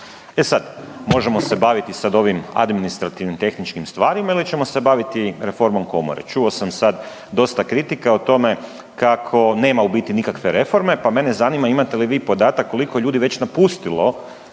E sad, možemo se baviti sad ovim administrativnim, tehničkim stvarima ili ćemo se baviti reformom komore. Čuo sam sad dosta kritika o tome kako nema u biti nikakve reforme, pa mene zanima imate li vi podatak koliko ljudi je već napustilo